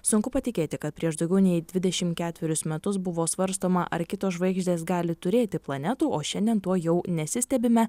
sunku patikėti kad prieš daugiau nei dvidešimt ketverius metus buvo svarstoma ar kitos žvaigždės gali turėti planetų o šiandien tuo jau nesistebime